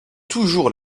toujours